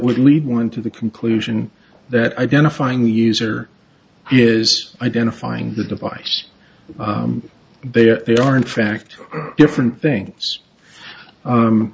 would lead one to the conclusion that identifying the user is identifying the device they are they are in fact different thing